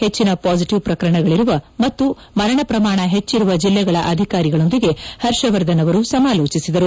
ಹೆಚ್ಚಿನ ಪಾಸಿಟಿವ್ ಪ್ರಕರಣಗಳಿರುವ ಮತ್ತು ಮರಣ ಪ್ರಮಾಣ ಹೆಚ್ಚಿರುವ ಜಿಲ್ಲೆಗಳ ಅಧಿಕಾರಿಗಳೊಂದಿಗೆ ಹರ್ಷವರ್ಧನ್ ಅವರು ಸಮಾಲೋಚಿಸಿದರು